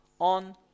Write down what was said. on